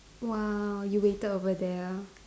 !wow! you waited over there ah